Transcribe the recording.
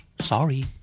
Sorry